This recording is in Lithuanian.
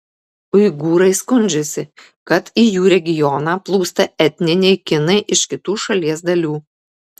uigūrai skundžiasi kad į jų regioną plūsta etniniai kinai iš kitų šalies dalių